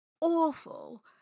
awful